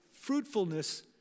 fruitfulness